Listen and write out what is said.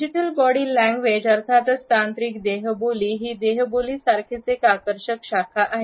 digital body language अर्थातच तांत्रिक देहबोली ही देहबोली सारखीच एक आकर्षक शाखा आहे